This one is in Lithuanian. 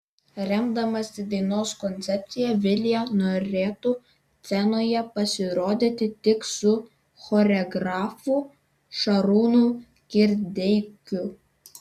remdamasi dainos koncepcija vilija norėtų scenoje pasirodyti tik su choreografu šarūnu kirdeikiu